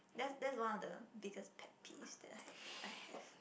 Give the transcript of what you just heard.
that's that's one of the biggest pet peeves that I I have